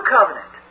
Covenant